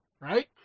Right